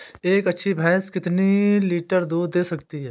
एक अच्छी भैंस कितनी लीटर दूध दे सकती है?